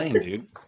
dude